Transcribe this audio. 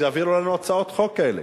אז יעבירו לנו הצעות חוק כאלה.